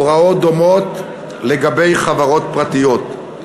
הוראות דומות לגבי חברות פרטיות.